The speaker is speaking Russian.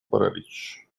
паралич